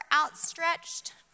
outstretched